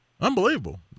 Unbelievable